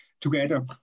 together